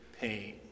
pain